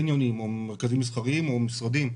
זה הדיון השני שאנחנו מנהלים על קרנות הריט.